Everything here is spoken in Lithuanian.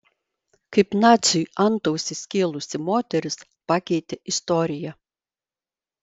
kaip naciui antausį skėlusi moteris pakeitė istoriją